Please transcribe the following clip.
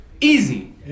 Easy